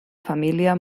família